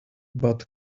but